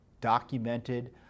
documented